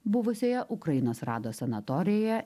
buvusioje ukrainos rados sanatorijoje